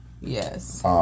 Yes